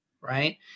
Right